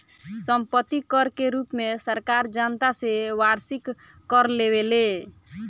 सम्पत्ति कर के रूप में सरकार जनता से वार्षिक कर लेवेले